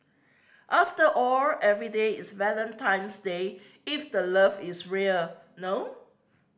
after all every day is Valentine's Day if the love is real no